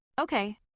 Okay